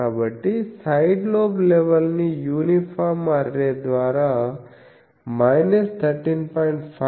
కాబట్టి side lobe level ని uniform array ద్వారా 13